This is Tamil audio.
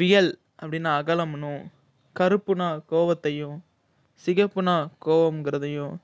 வியல் அப்படின்னா அகலம்னும் கறுப்புன்னா கோவத்தையும் சிகப்புன்னா கோவம்ங்கிறதையும்